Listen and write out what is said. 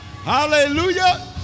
Hallelujah